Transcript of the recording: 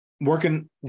working